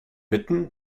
bitten